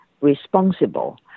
responsible